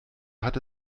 hatte